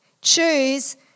choose